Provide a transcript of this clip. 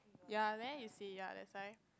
ya then is he ya that time